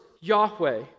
Yahweh